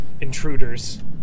intruders